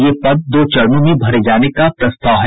ये पद दो चरणों में भरे जाने का प्रस्ताव है